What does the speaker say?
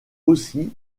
aussi